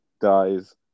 dies